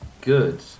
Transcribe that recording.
good